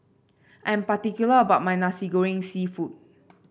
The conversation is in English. I am particular about my Nasi Goreng seafood